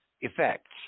effects